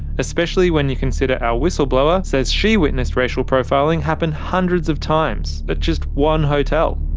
especially when you consider our whistleblower says she witnessed racial profiling happen hundreds of times at just one hotel.